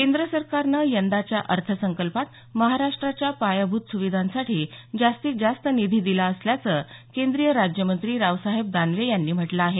केंद्र सरकारनं यंदाच्या अर्थसंकल्पात महाराष्ट्राच्या पायाभूत सुविधांसाठी जास्तीत जास्त निधी दिला असल्याचं केंद्रीय राज्यमंत्री रावसाहेब दानवे यांनी म्हटलं आहे